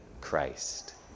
Christ